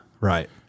Right